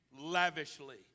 lavishly